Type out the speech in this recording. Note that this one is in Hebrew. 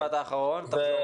החיתוך.